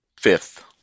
Fifth